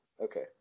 Okay